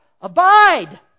Abide